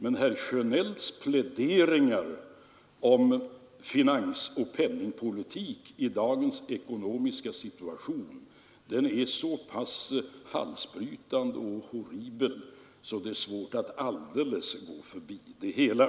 Men herr Sjönells pläderingar om finansoch penningpolitik i dagens ekonomiska situation är så pass halsbrytande och horribla att det är svårt att alldeles gå förbi det hela.